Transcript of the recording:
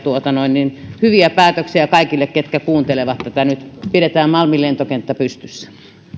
hyviä päätöksiä kaikille jotka kuuntelevat tätä nyt pidetään malmin lentokenttä pystyssä